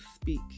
speak